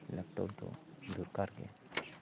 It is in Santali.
ᱞᱮᱯᱴᱚᱯ ᱫᱚ ᱫᱚᱨᱠᱟᱨ ᱜᱮ